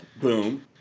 Boom